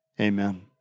amen